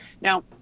Now